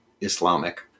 Islamic